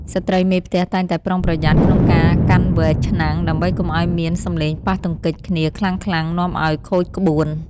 ស្ត្រីមេផ្ទះតែងតែប្រុងប្រយ័ត្នក្នុងការកាន់វែក ឆ្នាំង ដើម្បីកុំឱ្យមានសំឡេងប៉ះទង្គិចគ្នាខ្លាំងៗនាំឱ្យខូចក្បួន។